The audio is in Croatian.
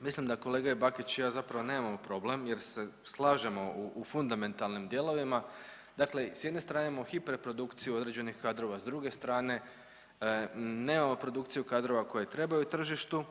mislim da kolega Bakić i ja zapravo nemamo problem jer se slažemo u fundamentalnim dijelovima. Dakle, sa jedne strane imamo hiper produkciju određenih kadrova, s druge strane nemamo produkciju kadrova koji trebaju tržištu